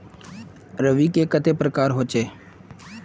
रवि के कते प्रकार होचे?